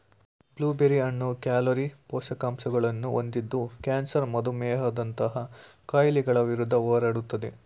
blue berry ಹಣ್ಣು calorie, ಪೋಷಕಾಂಶಗಳನ್ನು ಹೊಂದಿದ್ದು ಕ್ಯಾನ್ಸರ್ ಮಧುಮೇಹದಂತಹ ಕಾಯಿಲೆಗಳ ವಿರುದ್ಧ ಹೋರಾಡುತ್ತದೆ